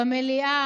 במליאה,